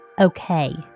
okay